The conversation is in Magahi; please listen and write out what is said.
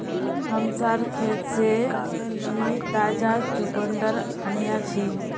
हमसार खेत से मी ताजा चुकंदर अन्याछि